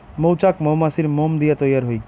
মৌচাক মৌমাছির মোম দিয়া তৈয়ার হই